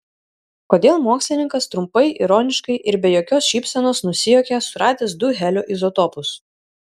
kodėl mokslininkas trumpai ironiškai ir be jokios šypsenos nusijuokė suradęs du helio izotopus